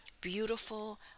beautiful